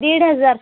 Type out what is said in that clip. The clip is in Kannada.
ದೀಡ್ ಹಝಾರ್